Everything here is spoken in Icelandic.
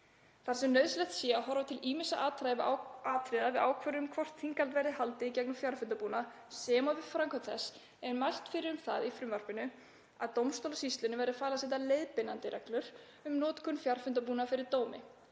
Þar sem nauðsynlegt sé að horfa til ýmissa atriða við ákvörðun um hvort þinghald verði haldið í gegnum fjarfundarbúnað sem og við framkvæmd þess er mælt fyrir um það í frumvarpinu að dómstólasýslunni verði falið að setja leiðbeinandi reglur um notkun fjarfundarbúnaðar fyrir dómi,